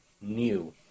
new